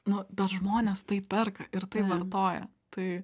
nu bet žmonės tai perka ir vartoja tai